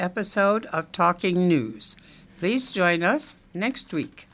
episode talking news these join us next week